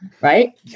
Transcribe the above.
right